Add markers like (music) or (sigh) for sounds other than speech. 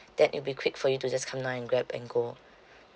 that it will be quick for you to just come down and grab and go (breath)